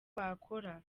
bakora